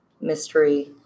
mystery